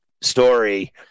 story